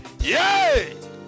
Yay